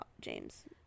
James